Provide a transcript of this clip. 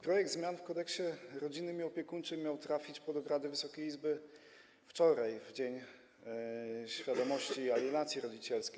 Projekt zmian w Kodeksie rodzinnym i opiekuńczym miał trafić pod obrady Wysokiej Izby wczoraj, w Dzień Świadomości Alienacji Rodzicielskiej.